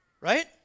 Right